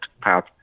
path